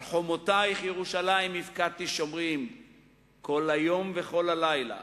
על חומותייך ירושלים הפקדתי שומרים כל היום וכל הלילה